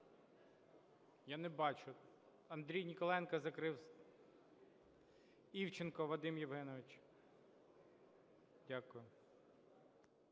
Я не бачу. Андрій Ніколаєнко закрив… Івченко Вадим Євгенович. Дякую.